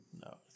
No